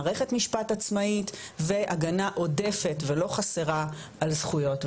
מערכת משפט עצמאית והגנה עודפת ולא חסרה על זכויות,